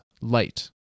Light